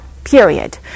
period